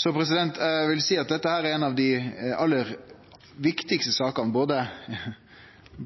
Eg vil seie at dette er ei av dei viktigaste sakene,